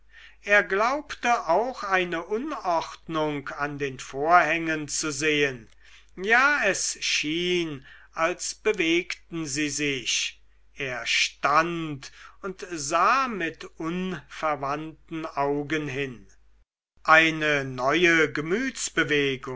er glaubte auch eine unordnung an den vorhängen zu sehen ja es schien als bewegten sie sich er stand und sah mit unverwandten augen hin eine neue